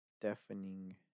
Deafening